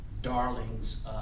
darlings